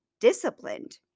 disciplined